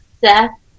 Seth